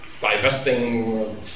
divesting